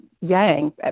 Yang